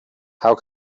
how